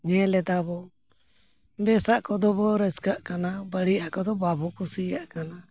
ᱧᱮᱞ ᱮᱫᱟ ᱵᱚᱱ ᱵᱮᱥᱟᱜ ᱠᱚᱫᱚ ᱵᱚᱱ ᱨᱟᱹᱥᱠᱟᱹᱜ ᱠᱟᱱᱟ ᱵᱟᱹᱲᱤᱡᱟᱜ ᱠᱚᱫᱚ ᱵᱟᱵᱚᱱ ᱠᱩᱥᱤᱭᱟᱜ ᱠᱟᱱᱟ